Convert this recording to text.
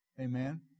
Amen